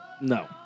no